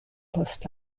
post